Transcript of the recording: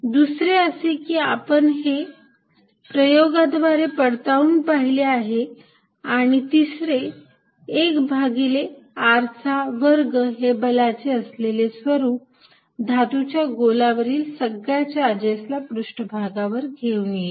दुसरे असे की आपण हे प्रयोगाद्वारे पडताळून पाहिले आहे आणि तिसरे एक भागिले r चा वर्ग हे बलाचे असलेले स्वरूप धातूच्या गोलावरील सगळ्या चार्जेस ला पृष्ठभागावर घेऊन येईल